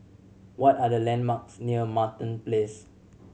what are the landmarks near Martin Place